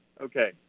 okay